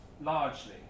largely